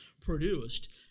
produced